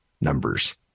numbers